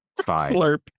Slurp